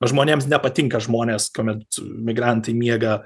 žmonėms nepatinka žmonės kuomet migrantai miega